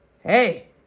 hey